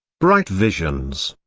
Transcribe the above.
bright visions.